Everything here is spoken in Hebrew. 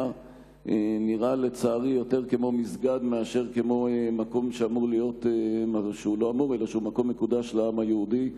שנראה לצערי יותר כמו מסגד מאשר כמו מקום מקודש לעם היהודי.